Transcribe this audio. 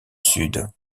sud